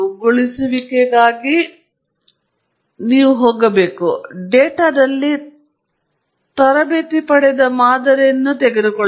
ಈ ದಿನಗಳು ಅದು ಕೆಟ್ಟದ್ದಲ್ಲ ಆದರೆ ನೀವು ಡೇಟಾವನ್ನು ನೋಡುತ್ತಿದ್ದರೆ 10 ವರ್ಷಗಳ ಹಿಂದೆ ಇರಬಹುದು ಮತ್ತು ಅವುಗಳು ಹೆಚ್ಚು ಪ್ರಮಾಣದಲ್ಲಿ ಅಥವಾ ಸಂಕುಚಿತಗೊಳ್ಳುತ್ತವೆ ಮತ್ತು ನಿಮ್ಮ ಡೇಟಾ ವಿಶ್ಲೇಷಣೆಯ ಪಠ್ಯವನ್ನು ಗಣನೀಯವಾಗಿ ಬದಲಾಯಿಸಬಹುದು